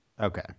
Okay